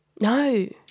No